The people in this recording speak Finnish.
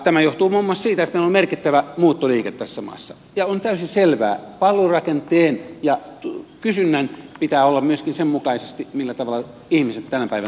tämä johtuu muun muassa siitä että meillä on merkittävä muuttoliike tässä maassa ja on täysin selvää että palvelurakenteen ja kysynnän pitää olla myöskin sen mukaisesti millä tavalla ihmiset tänä päivänä sijoittuvat